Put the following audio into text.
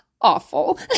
awful